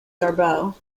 darboux